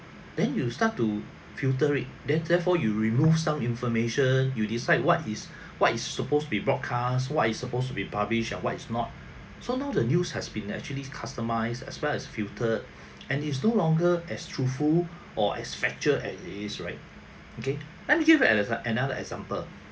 then you start to filter it then therefore you remove some information you decide what is what is supposed to be broadcast what is supposed to be publish and what is not so now the news has been naturally customised as well as filtered and is no longer as truthful or as factual as it is right okay let me give you as~ another example